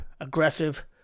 aggressive